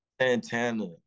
Santana